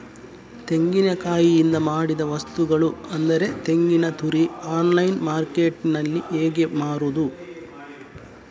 ತೆಂಗಿನಕಾಯಿಯಿಂದ ಮಾಡಿದ ವಸ್ತುಗಳು ಅಂದರೆ ತೆಂಗಿನತುರಿ ಆನ್ಲೈನ್ ಮಾರ್ಕೆಟ್ಟಿನಲ್ಲಿ ಹೇಗೆ ಮಾರುದು?